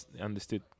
understood